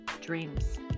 dreams